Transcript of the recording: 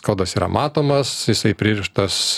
kodas yra matomas jisai pririštas